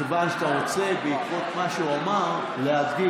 מכיוון שאתה רוצה בעקבות מה שהוא אמר להגיב,